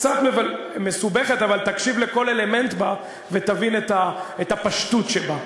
קצת מסובכת אבל תקשיב לכל אלמנט בה ותבין את הפשטות שבה.